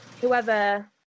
whoever